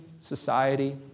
society